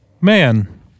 Man